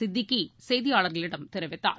சித்திக்கிசெய்தியாளர்களிடம் தெரிவித்தார்